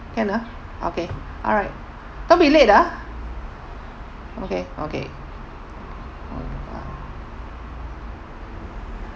can ah okay alright don't be late ah okay okay alright